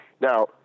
Now